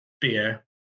beer